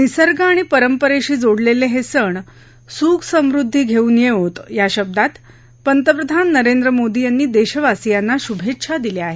निसर्ग आणि परंपरेशी जोडलेले हे सण सुख समृद्धी घेऊन येवो या शब्दात पंतप्रधान नरेंद्र मोदी यांनी देशवासियांना शुभेच्छा दिल्या आहेत